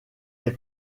est